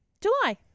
July